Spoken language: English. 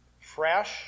fresh